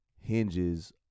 hinges